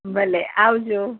ભલે આવજો